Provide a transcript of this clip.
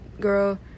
girl